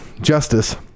justice